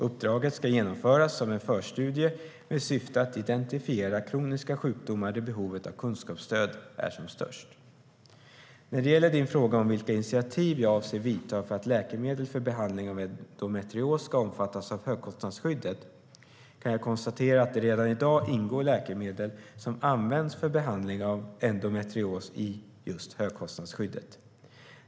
Uppdraget ska genomföras som en förstudie med syfte att identifiera kroniska sjukdomar där behovet av kunskapsstöd är som störst. När det gäller frågan om vilka initiativ jag avser att ta för att läkemedel för behandling av endometrios ska omfattas av högkostnadsskyddet kan jag konstatera att redan i dag ingår läkemedel som används för behandling av endometrios i högkostnadsskyddet.